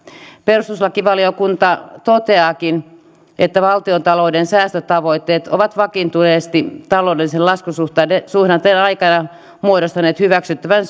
perustuslakivaliokunta toteaakin että valtiontalouden säästötavoitteet ovat vakiintuneesti taloudellisen laskusuhdanteen aikana muodostaneet hyväksyttävän